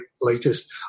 latest